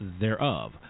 thereof